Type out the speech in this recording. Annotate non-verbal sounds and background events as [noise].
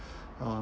[breath] uh